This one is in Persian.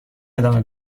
ادامه